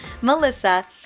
Melissa